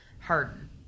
Harden